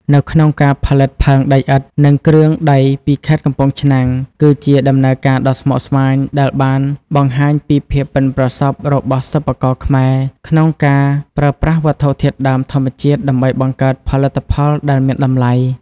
នៅក្នុងការផលិតផើងដីឥដ្ឋ និងគ្រឿងដីពីខេត្តកំពង់ឆ្នាំងគឺជាដំណើរការដ៏ស្មុគស្មាញដែលបានបង្ហាញពីភាពប៉ិនប្រសប់របស់សិប្បករខ្មែរ ក្នុងការប្រើប្រាស់វត្ថុធាតុដើមធម្មជាតិដើម្បីបង្កើតផលិតផលដែលមានតម្លៃ។